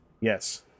Yes